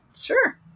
sure